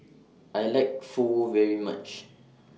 I like Pho very much